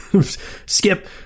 Skip